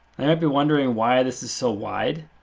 then i'd be wondering why this is so wide.